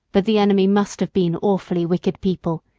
but the enemy must have been awfully wicked people,